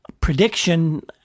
prediction